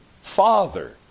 father